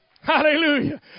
Hallelujah